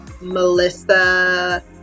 Melissa